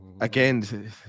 again